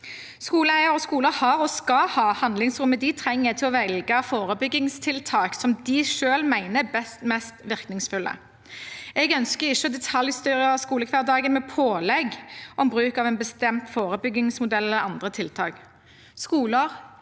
Skoleeier og skoler har og skal ha handlingsrommet de trenger til å velge forebyggingstiltak som de selv mener er mest virkningsfulle. Jeg ønsker ikke å detaljstyre skolehverdagen med pålegg om bruk av en bestemt forebyggingsmodell eller andre tiltak.